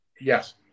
Yes